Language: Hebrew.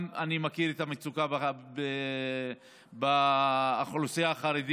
אני מכיר גם את המצוקה באוכלוסייה החרדית.